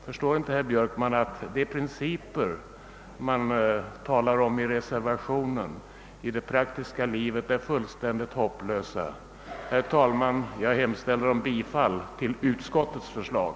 Förstår inte herr Björkman att de principer, man talar om i reservationen, i det praktiska livet är fullständigt hopplösa? Herr talman! Jag hemställer om bifall till utskottets förslag.